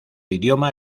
idioma